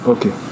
Okay